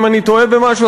אם אני טועה במשהו,